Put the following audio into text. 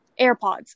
AirPods